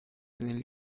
negli